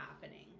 happening